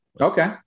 Okay